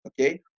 okay